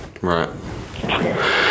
Right